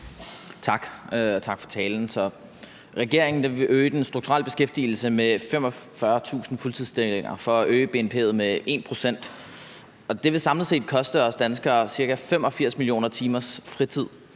tak for talen. Regeringen vil øge den strukturelle beskæftigelse med 45.000 fuldtidsstillinger for at øge bnp med 1 pct. Det vil samlet set koste os danskere ca. 85 millioner timers fritid.